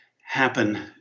happen